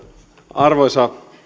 arvoisa